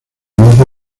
alianza